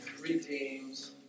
redeems